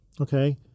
Okay